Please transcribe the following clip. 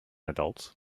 adults